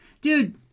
Dude